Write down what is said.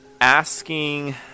asking